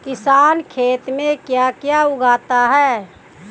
किसान खेत में क्या क्या उगाता है?